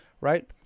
right